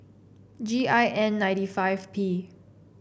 G I N ninety five P